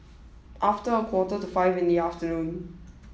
after a quarter to five in the afternoon